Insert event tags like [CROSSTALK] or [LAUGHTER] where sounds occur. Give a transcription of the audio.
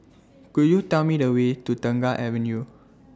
[NOISE] Could YOU Tell Me The Way to Tengah Avenue